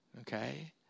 Okay